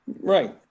Right